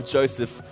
Joseph